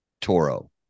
Toro